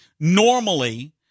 Normally